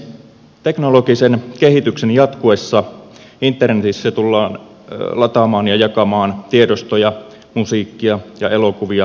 teknologisen kehityksen jatkuessa internetissä tullaan lataamaan ja jakamaan tiedostoja musiikkia ja elokuvia yhä enemmän